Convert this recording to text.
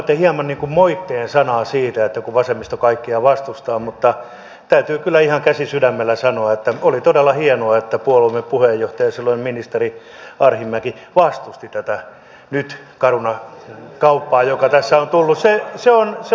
annoitte hieman moitteen sanaa siitä kun vasemmisto kaikkea vastustaa mutta täytyy kyllä ihan käsi sydämellä sanoa että oli todella hienoa että puolueemme puheenjohtaja silloinen ministeri arhinmäki vastusti tätä caruna kauppaa joka tässä on tullut se että se on se